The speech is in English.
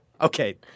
Okay